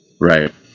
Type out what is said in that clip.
Right